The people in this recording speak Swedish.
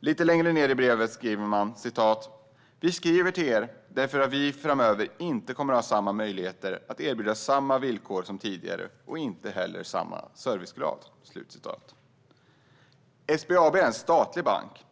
Lite längre ned i brevet skriver man: Vi skriver till er därför att vi framöver inte kommer att ha möjligheter att erbjuda samma villkor som tidigare och inte heller samma servicegrad. SBAB är en statlig bank.